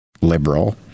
liberal